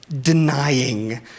denying